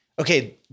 okay